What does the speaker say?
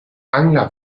angler